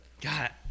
Got